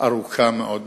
ארוכה מאוד מאוד.